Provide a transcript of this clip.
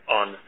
on